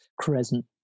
crescent